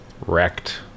Wrecked